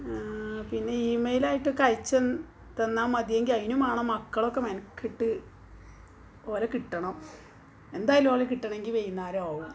പിന്നെ ഇമെയ്ലായിട്ടൊക്കെ അയച്ചു തന്നാല് മതിയെങ്കില് അതിന് മാണം മക്കളൊക്കെ മെനക്കെട്ട് ഓലെ കിട്ടണം എന്തായാലും ഓലെ കിട്ടുകയാണെങ്കില് വൈകുന്നേരമാവും